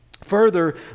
Further